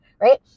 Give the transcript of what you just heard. Right